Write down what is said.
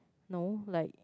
no like